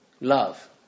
love